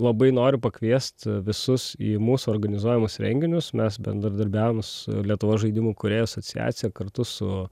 labai noriu pakviest visus į mūsų organizuojamus renginius mes bendradarbiaujam s lietuvos žaidimų kūrėjų asociacija kartu su